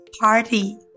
Party